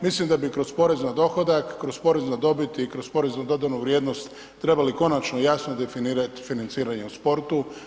Mislim da bi kroz porez na dohodak, kroz porez na dobit i kroz porez na dodatnu vrijednost trebali konačno jasno definirati financiranje u sportu.